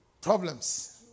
problems